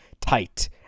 tight